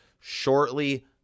shortly